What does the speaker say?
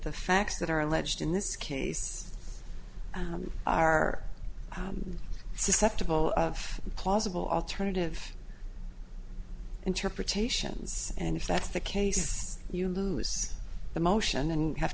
the facts that are alleged in this case are susceptible of plausible alternative interpretations and if that's the case you lose the motion and have